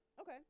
Okay